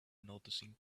noticing